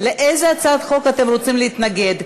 לאיזו הצעת חוק אתם רוצים להתנגד?